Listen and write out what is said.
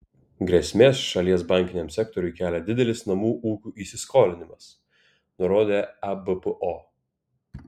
grėsmės šalies bankiniam sektoriui kelia didelis namų ūkių įsiskolinimas nurodė ebpo